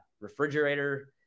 refrigerator